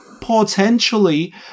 Potentially